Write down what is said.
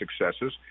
successes